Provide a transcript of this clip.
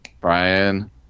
Brian